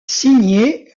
signé